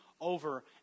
over